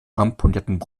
ramponierten